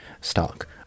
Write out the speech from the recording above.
stock